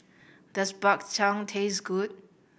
does Bak Chang taste good